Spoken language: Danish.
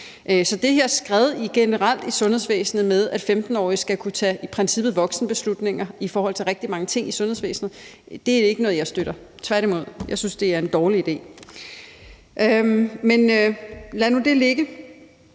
Så det her skred generelt i sundhedsvæsenet med, at 15-årige i princippet skal kunne tage voksenbeslutninger i forhold til rigtig mange ting i sundhedsvæsenet, er ikke noget, jeg støtter. Tværtimod synes jeg, det er en dårlig idé. Men lad nu det ligge.